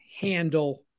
handle